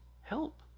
help